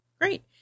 Great